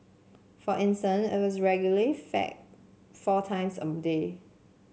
for instant it was regularly fed four times a day